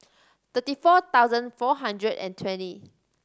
thirty four thousand four hundred and twenty